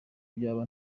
byaba